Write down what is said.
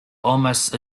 almost